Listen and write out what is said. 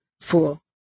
Fool